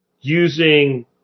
using